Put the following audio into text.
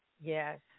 Yes